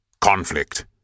conflict